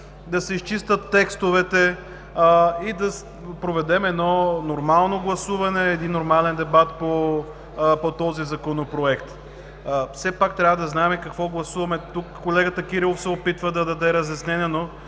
да се изчистят текстовете и да проведем едно нормално гласуване, един нормален дебат по този Законопроект. Все пак трябва да знаем какво гласуваме тук. Колегата Кирилов се опитва да даде разяснение,